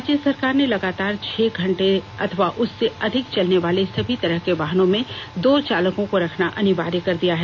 राज्य सरकार ने लगातार छह घंटे अथवा उससे अधिक चलनेवाले सभी तरह के वाहनों में दो चालकों को रखना अनिवार्य कर दिया है